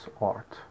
art